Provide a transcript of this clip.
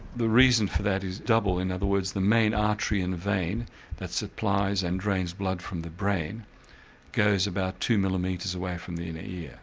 the reason for that is double in other words the main artery and vein that supplies and drains blood from the brain goes about two millimetres away from the inner ear.